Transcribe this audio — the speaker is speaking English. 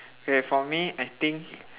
okay for me I think